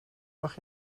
mag